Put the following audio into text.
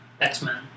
X-Men